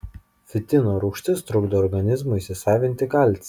fitino rūgštis trukdo organizmui įsisavinti kalcį